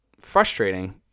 frustrating